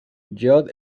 judd